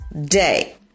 day